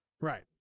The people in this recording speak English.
Right